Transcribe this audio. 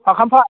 फाखामफा